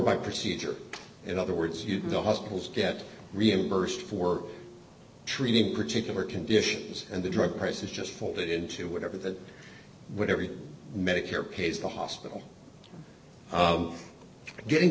by procedure in other words you do the hospitals get reimbursed for treating particular conditions and the drug prices just fall into whatever the whatever medicare pays the hospital getting